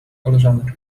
koleżanek